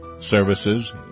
services